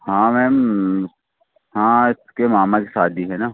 हाँ मैम हाँ इसके मामा की शादी है ना